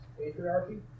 Patriarchy